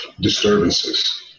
disturbances